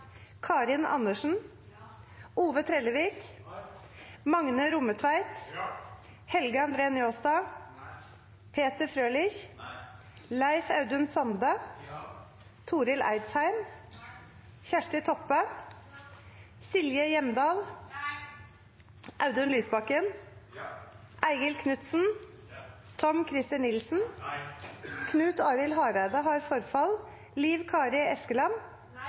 Karin Andersen, Magne Rommetveit, Leif Audun Sande, Kjersti Toppe, Audun Lysbakken, Eigil Knutsen,